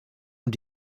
und